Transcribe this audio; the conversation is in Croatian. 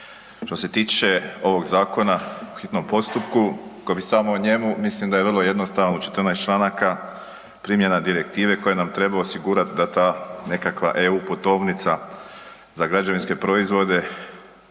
Što se tiče ovog zakona u hitnom postupku koji bi samo … mislim da je jednostavno u 14 članaka primjena direktive koje nam trebaju osigurat da ta nekakva EU putovnica za građevinske proizvode